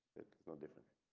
it's not different.